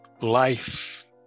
life